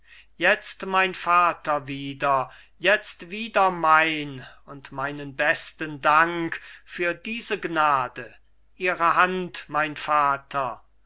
jetzt mein vater wieder jetzt wieder mein und meinen besten dank für diese gnade ihre hand mein vater